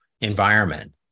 environment